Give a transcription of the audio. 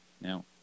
Now